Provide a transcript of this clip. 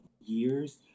years